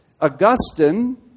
Augustine